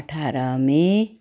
अठार मे